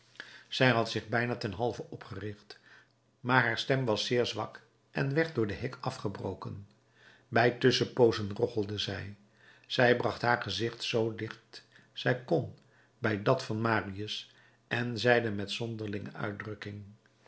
zij had zich bijna ten halve opgericht maar haar stem was zeer zwak en werd door den hik afgebroken bij tusschenpoozen rochelde zij zij bracht haar gezicht zoo dicht zij kon bij dat van marius en zeide met zonderlinge uitdrukking